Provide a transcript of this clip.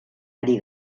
ari